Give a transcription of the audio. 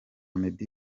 meddy